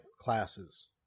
classes